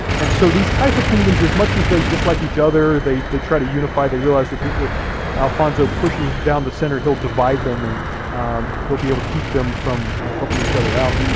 and so these taifa kingdoms, as much as they dislike each other they they try to unify, they realized that if alfonso pushes down the center he'll divide them and he'll be able to keep them from helping each other out.